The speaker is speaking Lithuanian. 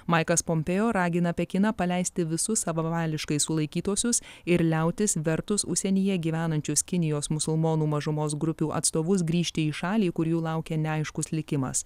maikas pompėo ragina pekiną paleisti visus savavališkai sulaikytuosius ir liautis vertus užsienyje gyvenančius kinijos musulmonų mažumos grupių atstovus grįžti į šalį kur jų laukia neaiškus likimas